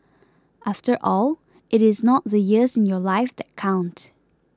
after all it is not the years in your life that count